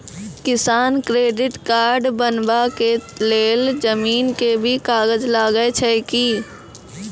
किसान credit card बनबा के लेल जमीन के भी कागज लागै छै कि?